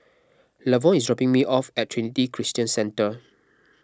Lavon is dropping me off at Trinity Christian Centre